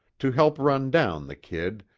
to help run down the kid,